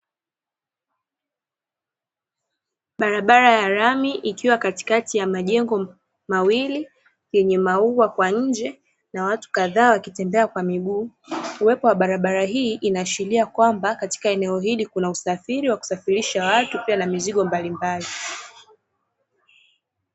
Barabara ya lami, ikiwa katikati ya majengo mawili, yenye maua kwa nje na watu kadhaa wakitembea kwa miguu. Uwepo wa barabara hii, inaashiria kwamba katika eneo hili, kuna usafiri wa kusafirisha watu pia na mizigo mbalimbali.